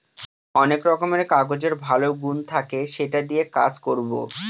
অনেক রকমের কাগজের ভালো গুন থাকে সেটা দিয়ে কাজ করবো